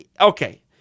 okay